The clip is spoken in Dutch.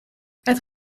het